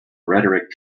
rhetoric